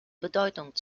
bedeutung